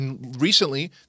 recently